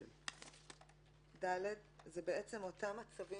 (ד) זה אותם מצבים